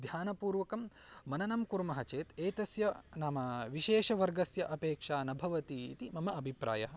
ध्यानपूर्वकं मननं कुर्मः चेत् एतस्य नाम विशेषवर्गस्य अपेक्षा न भवति इति मम अभिप्रायः